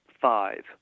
five